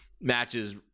Matches